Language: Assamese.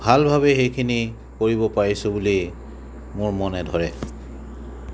ভাল ভাৱেই সেইখিনি কৰিব পাৰিছোঁ বুলি মোৰ মনে ধৰে